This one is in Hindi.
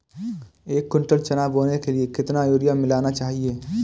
एक कुंटल चना बोने के लिए कितना यूरिया मिलाना चाहिये?